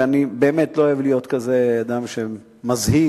ואני באמת לא אוהב להיות כזה אדם שמזהיר,